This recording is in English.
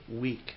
week